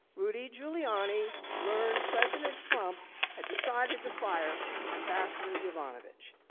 rudy giuliani learned president trump have decided to fire ambassador yovanovitch.